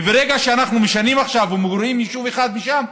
וברגע שאנחנו משנים עכשיו וגורעים יישוב אחד משם,